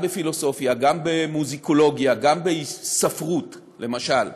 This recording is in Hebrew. גם בפילוסופיה, גם במוזיקולוגיה, גם בספרות, למשל,